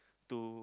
to